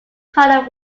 color